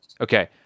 okay